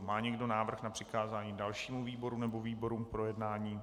Má někdo návrh na přikázání dalšímu výboru nebo výborům k projednání?